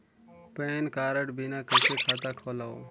Pan card बिना कइसे खाता खोलव?